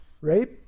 rape